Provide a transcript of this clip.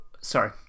Sorry